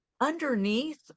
underneath